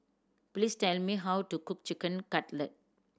please tell me how to cook Chicken Cutlet